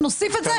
ונוסיף את זה,